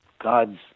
God's